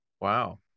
wow